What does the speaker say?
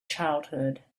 childhood